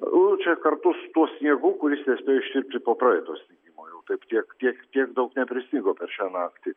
nu čia kartu su tuo sniegu kuris nespėjo ištirpti po praeito snigimo jau taip tiek tiek tiek daug neprisnigo per šią naktį